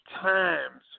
times